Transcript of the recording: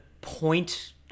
point